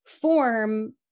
form